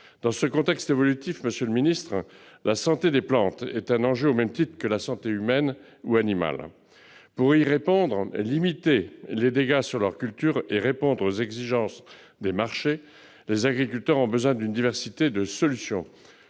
Dans ce contexte évolutif, monsieur le ministre, la santé des plantes est un enjeu au même titre que la santé humaine ou animale. Pour y répondre, limiter les dégâts sur leurs cultures et satisfaire aux exigences des marchés, les agriculteurs ont besoin d'une diversité de solutions.